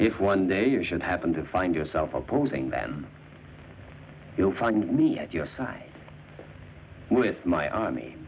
if one day you should happen to find yourself opposing then you'll find me at your side with my army